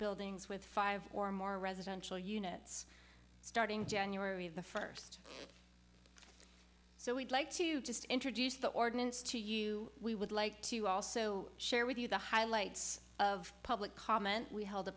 buildings with five or more residential units starting january the first so we'd like to just introduce the ordinance to you we would like to also share with you the highlights of public comment we held